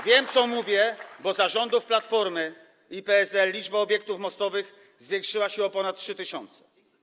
Wiem, co mówię, bo za rządów Platformy i PSL liczba obiektów mostowych zwiększyła się o ponad 3 tys.